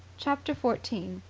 chapter fourteen.